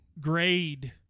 grade